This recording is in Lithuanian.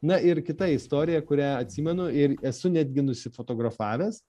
na ir kita istorija kurią atsimenu ir esu netgi nusifotografavęs